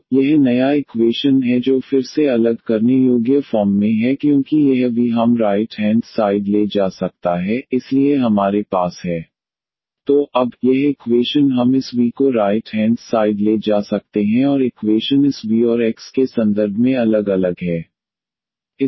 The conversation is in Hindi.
तो यह नया इक्वेशन है जो फिर से अलग करने योग्य फॉर्म में है क्योंकि यह v हम राइट हेंड साइड ले जा सकता है इसलिए हमारे पास है dvfv vdxxc So we go through this example x33xy2dxy33x2ydy0x0 which is of this homogeneous differential equation So if we rewrite this equation this dydx x33xy2y33x2y 13yx3yx33yx Substitute yxv ⟹dydxvxdvdx vxdvdx 13v2v33v ⟹xdvdx v4 6v2 1v33v तो अब यह इक्वेशन हम इस v को राइट हेंड साइड ले जा सकते हैं और इक्वेशन इस v और x के संदर्भ में अलग अलग है